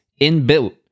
inbuilt